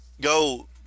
go